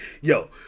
Yo